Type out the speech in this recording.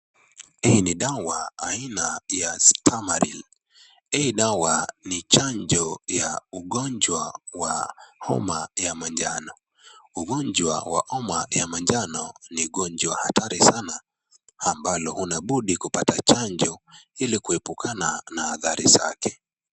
Hii ni dawa aina ya Stamaril, hii dawa ni chanjo ya ugonjwa wa homa ya manjano. Ugonjwa wa homa ya manjano ni gonjwa hatari sana ambalo huna budi kupata chanjo ili kuepukana na athari zake.